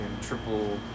triple